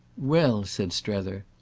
well, said strether,